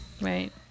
Right